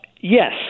Yes